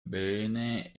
bene